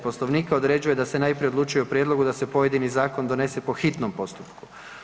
Poslovnika određuje da se najprije odlučuje o prijedlogu da se pojedini zakon donese po hitnom postupku.